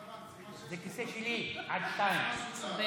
זה כיסא שלי עד 14:00. כחול לבן,